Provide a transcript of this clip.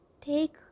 take